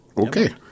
Okay